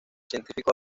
científico